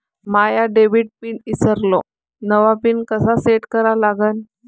माया debit PIN ईसरलो, नवा PIN कसा सेट करा लागन?